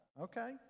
Okay